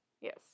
Yes